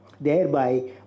thereby